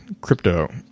crypto